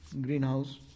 greenhouse